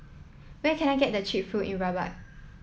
where can I get cheap food in Rabat